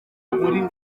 muri